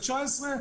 19',